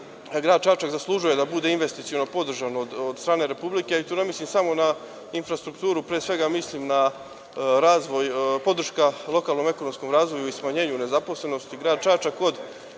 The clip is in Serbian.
grad Čačak zaslužuje da bude investiciono podržan od strane Republike. Tu ne mislim samo na infrastrukturu, pre svega mislim na podršku lokalnom ekonomsku razvoju i smanjenju nezaposlenosti. Grad